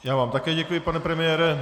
Já vám také děkuji, pane premiéra.